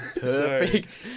Perfect